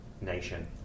nation